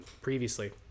previously